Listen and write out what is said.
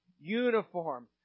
uniform